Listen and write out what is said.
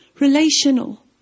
relational